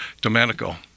Domenico